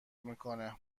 میکنه